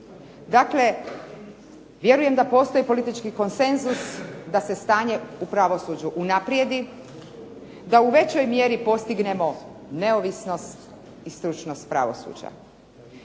Dakle, vjerujem da postoji politički konsenzus da se stanje u pravosuđu unaprijedi, da u većoj mjeri postignemo neovisnost i stručnost pravosuđa.